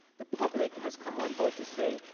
the public has come on board to say,